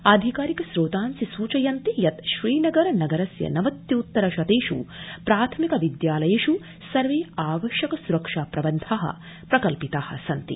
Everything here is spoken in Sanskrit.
आधिकारिक स्त्रोतांसि सुचयन्ति यत श्रीनगर नगरस्य नवत्युत्तर शतेष् प्राथमिक विद्यालयेष् सर्वे आवश्यक स्रक्षा प्रबन्धा प्रकल्पिता सन्ति